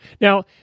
Now